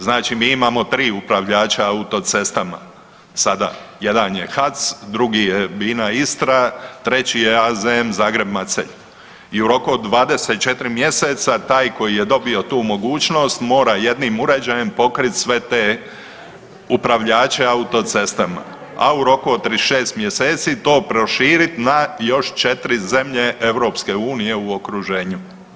Znači mi imamo 3 upravljača autocestama sada, jedan je HAC, drugi je Bina-istra, treći je AZM Zagreb-Macelj i u roku od 24 mjeseca taj koji je dobio tu mogućnost mora jednim uređajem pokrit sve te upravljače autocestama, a u roku od 36 mjeseci to proširit na još 4 zemlje EU u okruženju.